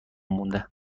مونده